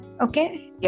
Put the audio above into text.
okay